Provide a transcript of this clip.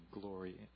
glory